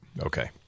Okay